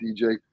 dj